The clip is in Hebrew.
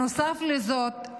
נוסף לזאת,